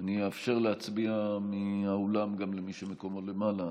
אני אאפשר להצביע מהאולם גם למי שמקומו למעלה,